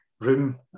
room